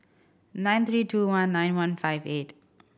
nine three two one nine one five eight